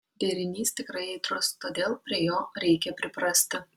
derinys tikrai aitrus todėl prie jo reikia priprasti